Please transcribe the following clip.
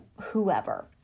whoever